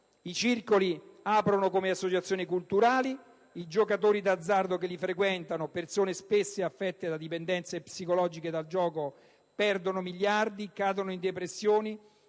i circoli aprono come associazioni culturali e i giocatori d'azzardo che li frequentano, persone spesso affette da dipendenza psicologica da gioco, perdono miliardi di vecchie